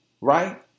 right